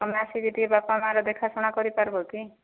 ତମେ ଆସିକି ଟିକେ ବାପା ମାଆ ଦେଖାଶୁଣା କରିପାରିବ କି